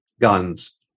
Guns